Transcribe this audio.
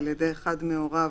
על ידי אחד מהוריו,